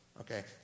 Okay